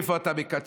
איפה אתה מקצץ,